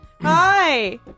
Hi